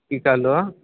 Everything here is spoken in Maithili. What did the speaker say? कि कहलहो